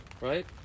right